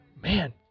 man